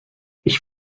ich